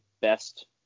best